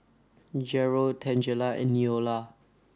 Jerrel Tangela and Neola